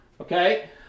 Okay